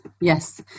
Yes